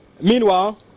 Meanwhile